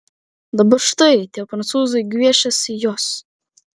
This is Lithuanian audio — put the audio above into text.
dabar štai tie prancūzai gviešiasi jos